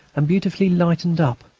and beautifully lighted up.